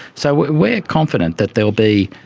so we are confident that there will be,